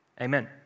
Amen